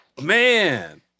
Man